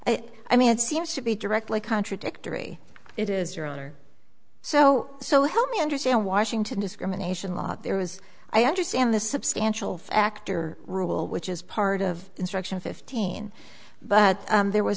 i mean it seems to be directly contradictory it is your honor so so help me understand washington discrimination law there was i understand the substantial factor rule which is part of instruction fifteen but there was